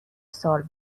سال